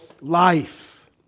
life